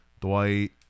Dwight